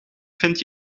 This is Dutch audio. vind